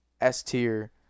S-tier